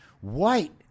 white